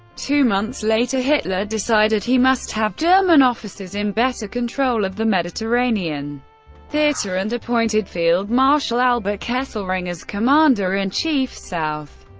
two months later hitler decided he must have german officers in better control of the mediterranean theatre, and appointed field marshal albert kesselring as commander in chief, south.